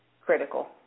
critical